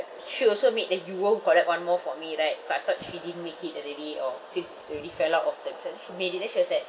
she also made that you go and collect one more for me right but I thought she didn't make it already or since it's already fell out of the she made it then she was like